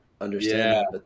understand